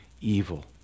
evil